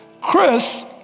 Chris